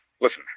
Listen